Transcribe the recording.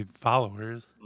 followers